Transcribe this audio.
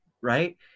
right